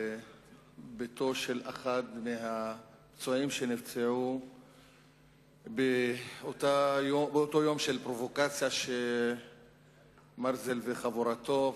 בביתו של אחד מהפצועים שנפצעו באותו יום של פרובוקציה שמרזל וחבורתו,